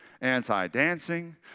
anti-dancing